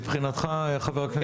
מבחינתך חבר הכנסת שירי, אפשר?